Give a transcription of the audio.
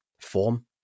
Form